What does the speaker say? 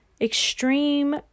extreme